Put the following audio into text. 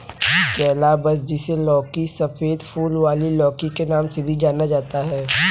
calabash, जिसे लौकी, सफेद फूल वाली लौकी के नाम से भी जाना जाता है